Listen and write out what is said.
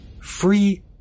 Free